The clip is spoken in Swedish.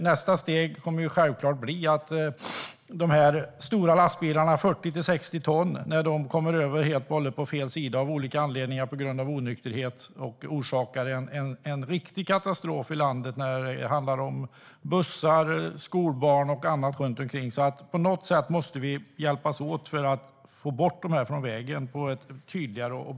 Nästa steg blir att dessa stora lastbilar på 40-60 ton kommer över på fel sida på grund av chaufförens onykterhet och orsakar en riktig katastrof med bussar, skolbarn och annat inblandat. På något sätt måste vi hjälpas åt att få bort detta från vägen.